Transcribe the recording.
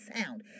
sound